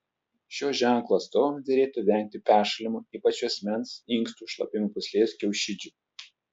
šio ženklo atstovams derėtų vengti peršalimo ypač juosmens inkstų šlapimo pūslės kiaušidžių